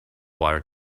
water